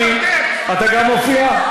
גם אתה מופיע?